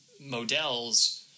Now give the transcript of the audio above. Models